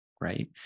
right